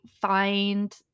find